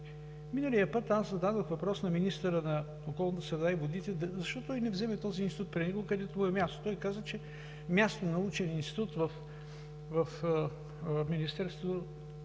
Миналия път зададох въпрос на министъра на околната среда и водите защо той не вземе този институт при него, където му е мястото? Той каза, че такъв научен институт няма място